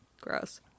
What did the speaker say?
Gross